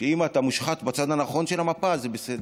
שאם אתה מושחת בצד הנכון של המפה זה בסדר.